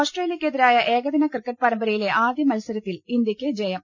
ഓസ്ട്രേലിയക്കെതിരായ ഏകദിന ക്രിക്കറ്റ് പരമ്പരയിലെ ആദ്യ മത്സരത്തിൽ ഇന്ത്യക്ക് ജയം